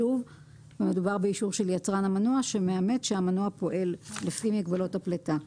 מדובר באישור של יצרן המנוע שמאמת שהמנוע פועל לפי מגבלות הפליטה.